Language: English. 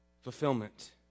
fulfillment